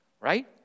right